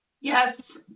Yes